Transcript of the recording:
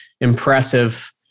impressive